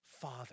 Father